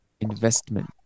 investment